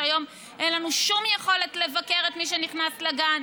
שהיום אין לנו שום יכולת לבקר את מי שנכנס לגן,